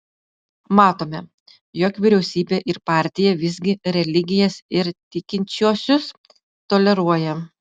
matome jog vyriausybė ir partija visgi religijas ir tikinčiuosius toleruoja